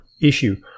issue